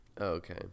Okay